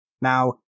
Now